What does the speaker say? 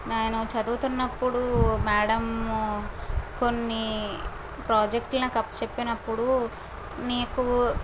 నేను చదువుతున్నప్పుడు మ్యాడం కొన్ని ప్రాజెక్టులు నాకు అప్ప చెప్పినప్పుడు నీకు